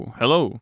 hello